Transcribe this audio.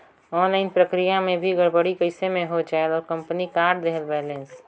Online प्रक्रिया मे भी गड़बड़ी कइसे मे हो जायेल और कंपनी काट देहेल बैलेंस?